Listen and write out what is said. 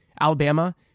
Alabama